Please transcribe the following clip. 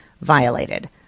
violated